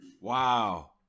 wow